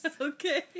Okay